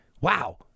Wow